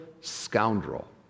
scoundrel